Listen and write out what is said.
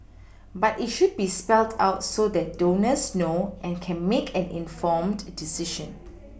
but it should be spelled out so that donors know and can make an informed decision